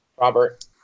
Robert